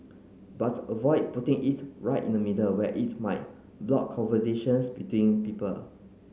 but avoid putting it right in the middle where its might block conversations between people